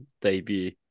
debut